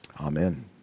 Amen